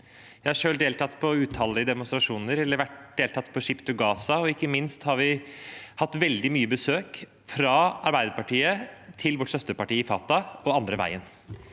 Jeg har selv deltatt på utallige demonstrasjoner, deltatt på Ship to Gaza, og ikke minst har vi hatt veldig mye besøk fra Arbeiderpartiet til vårt søsterparti Fatah, og andre veien.